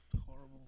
horrible